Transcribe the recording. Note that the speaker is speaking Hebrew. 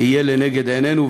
יהיה לנגד עינינו,